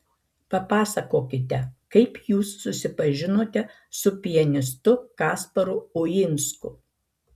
papasakokite kaip jūs susipažinote su pianistu kasparu uinsku